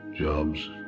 jobs